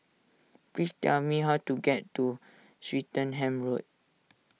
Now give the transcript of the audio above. please tell me how to get to Swettenham Road